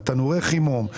תנורי החימום,